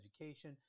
education